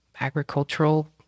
agricultural